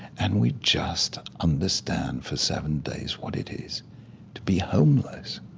and we just understand for seven days what it is to be homeless.